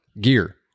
gear